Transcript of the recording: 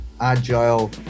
agile